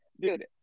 Dude